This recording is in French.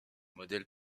modèles